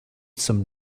some